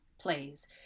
plays